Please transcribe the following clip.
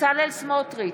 בצלאל סמוטריץ'